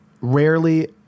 rarely